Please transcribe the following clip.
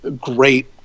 great